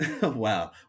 Wow